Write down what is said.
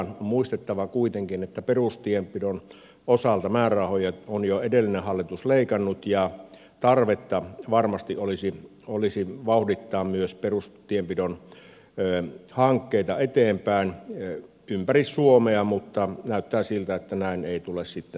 on muistettava kuitenkin että perustienpidon osalta määrärahoja on jo edellinen hallitus leikannut ja tarvetta varmasti olisi vauhdittaa myös perustienpidon hankkeita eteenpäin ympäri suomea mutta näyttää siltä että näin ei tule sitten tapahtumaan